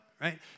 Right